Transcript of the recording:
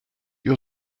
your